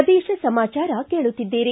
ಪ್ರದೇಶ ಸಮಾಚಾರ ಕೇಳುತ್ತಿದ್ದೀರಿ